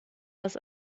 dass